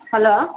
hello